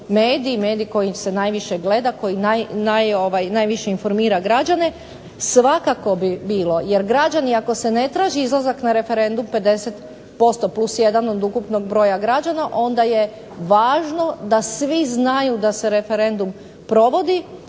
medij koji se najviše gleda, koji najviše informira građane, svakako bi bilo, jer građani ako se ne traži izlazak na referendum 50% plus jedan od ukupnog broja građana, onda je važno da svi znaju da se referendum provodi,